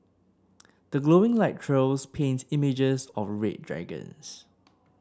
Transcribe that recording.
the glowing light trails paint images of red dragons